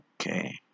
okay